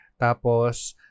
tapos